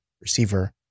receiver